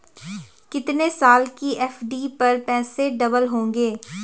कितने साल की एफ.डी पर पैसे डबल होंगे?